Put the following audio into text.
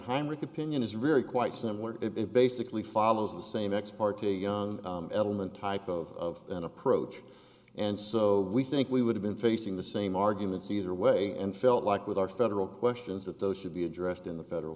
heinrich opinion is really quite similar it basically follows the same ex parte young woman type of an approach and so we think we would have been facing the same arguments either way and felt like with our federal questions that those should be addressed in the federal